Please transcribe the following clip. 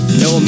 no